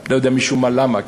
ואני לא יודע משום מה, למה.